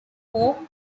pope